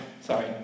Sorry